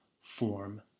form